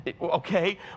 Okay